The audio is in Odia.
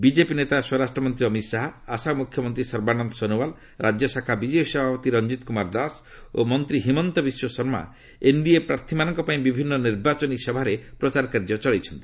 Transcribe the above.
ବିଜେପି ନେତା ସ୍ୱରାଷ୍ଟ୍ରମନ୍ତ୍ରୀ ଅମିତ ଶାହା ଆସାମ ମୁଖ୍ୟମନ୍ତ୍ରୀ ସର୍ବାନନ୍ଦ ସୋନୱାଲ ରାଜ୍ୟଶାଖା ବିଜେପି ସଭାପତି ରଞ୍ଜିତ କୁମାର ଦାସ ଓ ମନ୍ତ୍ରୀ ହିମନ୍ତ ବିଶ୍ୱଶର୍ମା ଏନ୍ଡିଏ ପ୍ରାର୍ଥୀମାନଙ୍କ ପାଇଁ ବିଭିନ୍ନ ନିର୍ବାଚନୀ ସଭାରେ ପ୍ରଚାରକାର୍ଯ୍ୟ ଚଳାଇଛନ୍ତି